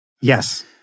Yes